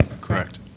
Correct